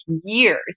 years